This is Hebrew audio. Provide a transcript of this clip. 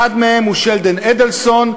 אחד מהם הוא שלדון אדלסון,